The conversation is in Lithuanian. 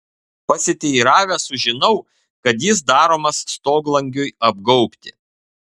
pasiteiravęs sužinau kad jis daromas stoglangiui apgaubti